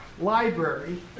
library